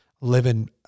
living